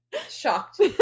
Shocked